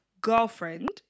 girlfriend